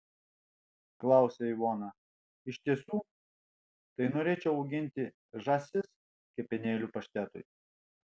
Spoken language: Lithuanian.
klausia ivona iš tiesų tai norėčiau auginti žąsis kepenėlių paštetui